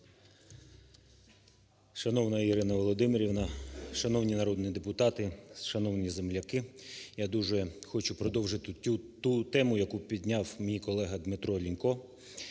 Шановна Ірина Володимирівна! Шановні народні депутати! Шановні земляки! Я дуже хочу продовжити ту тему, яку підняв мій колега ДмитроЛінько